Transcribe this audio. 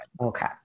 Okay